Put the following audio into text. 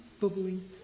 bubbling